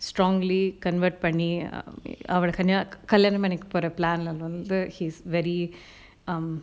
strongly convert பண்ணி அவன கன்யா~ கல்யாணம் பண்ணிக்க போற:panni avana kanya~ kalyanam pannikka pora plan lah இருந்து:irunthu he's very um